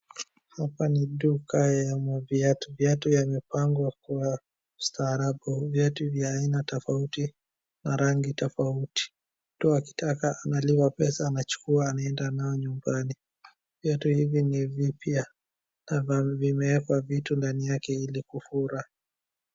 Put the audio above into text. Hapa ni duka ya maviatu, viatu zimepangwa kwa ustaarabu, viatu vya aina tofauti na rangi tofauti. Mtu akitaka analipa pesa anachukua anaenda nayo nyumbani. Viatu hivi ni vipya na vimewekwa vitu ndani yake ili kufura.